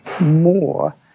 more